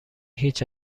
هیچ